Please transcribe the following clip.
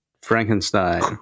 Frankenstein